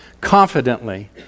confidently